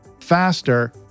faster